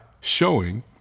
showing